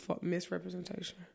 misrepresentation